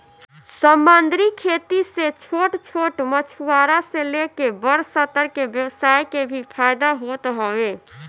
समंदरी खेती से छोट छोट मछुआरा से लेके बड़ स्तर के व्यवसाय के भी फायदा होत हवे